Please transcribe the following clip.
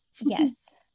Yes